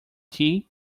tea